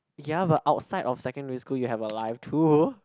ya but outside of secondary school you have a life too